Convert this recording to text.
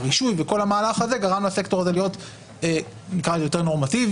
הרישוי וכל המהלך הזה גרם לסקטור הזה להיות יותר נורמטיבי,